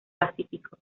pacífico